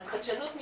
אז חדשנות מתקדמת,